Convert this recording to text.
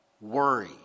worry